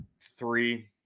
Three